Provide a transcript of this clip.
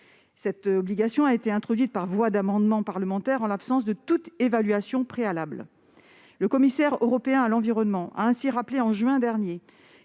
Cette obligation a été introduite par voie d'amendement parlementaire, donc sans la moindre évaluation préalable. Le commissaire européen à l'environnement a rappelé en juin dernier